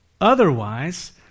Otherwise